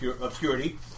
Obscurity